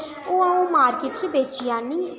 ओह् अ'ऊं मार्किट च बेची औन्नी